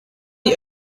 die